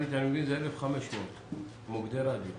המקסימלית היא 1,500. מה ההבדל